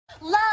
Love